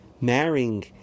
marrying